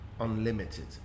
unlimited